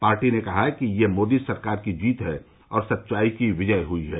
party ने कहा है कि ये मोदी सरकार की जीत है और सच्चाई की विजय हुई है